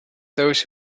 those